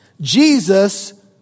Jesus